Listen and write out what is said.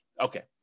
Okay